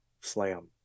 slam